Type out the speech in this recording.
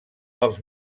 els